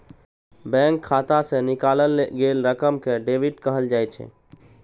bank खाता सं निकालल गेल रकम कें डेबिट कहल जाइ छै